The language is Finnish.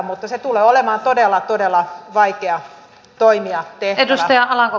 mutta se tulee olemaan todella todella vaikea toimi ja tehtävä